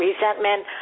resentment